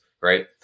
right